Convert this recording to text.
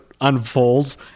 unfolds